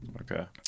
Okay